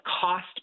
cost